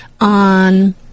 on